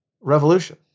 revolution